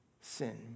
sin